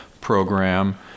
program